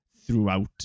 throughout